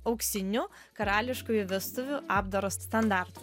auksiniu karališkųjų vestuvių apdaro standartu